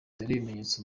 ibimenyetso